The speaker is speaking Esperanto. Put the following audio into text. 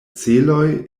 celoj